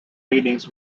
meetings